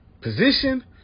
position